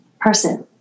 person